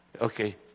Okay